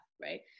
Right